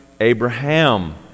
Abraham